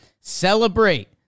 celebrate